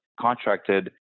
contracted